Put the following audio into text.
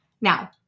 Now